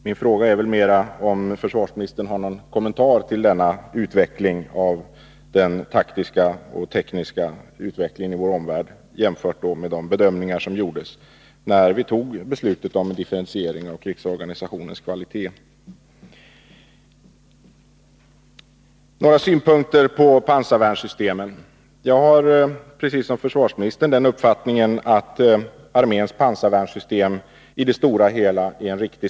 Min fråga gäller närmast om försvarsministern har någon kommentar till denna taktiska och tekniska utveckling i vår omvärld, jämfört med de bedömningar som gjordes när vi fattade beslutet om en differentiering av krigsorganisationens kvalitet. Jag vill också lämna några synpunkter på pansarvärnssystemen. Precis som försvarsministern har jag uppfattningen att satsningen på arméns pansarvärnssystem i det stora hela är riktig.